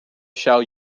shall